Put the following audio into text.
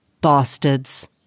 Bastards